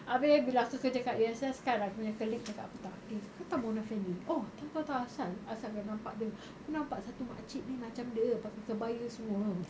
abeh bila aku kerja kat U_S_S kan aku punya colleague cakap apa [tau] eh kau tahu mona fandey oh tahu tahu asal asal kau nampak dia aku nampak satu makcik ni macam dia pakai kebaya semua